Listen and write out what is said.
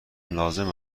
لازم